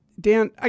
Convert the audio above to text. Dan